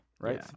right